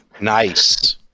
Nice